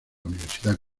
universidad